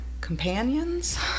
Companions